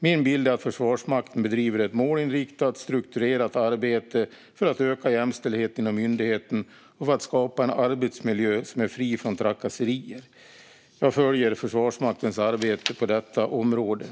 Min bild är att Försvarsmakten bedriver ett målinriktat och strukturerat arbete för att öka jämställdheten inom myndigheten och för att skapa en arbetsmiljö som är fri från trakasserier. Jag följer noga Försvarsmaktens arbete på området.